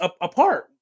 apart